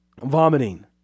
vomiting